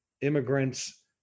immigrants